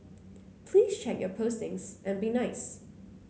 please check your postings and be nice